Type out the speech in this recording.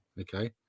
okay